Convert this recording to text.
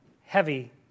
heavy